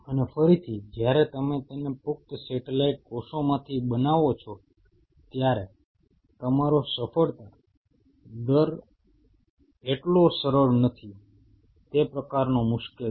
અને ફરીથી જ્યારે તમે તેને પુખ્ત સેટેલાઈટ કોષોમાંથી બનાવો છો ત્યારે તમારો સફળતા દર એટલો સરળ નથી તે પ્રકારનો મુશ્કેલ છે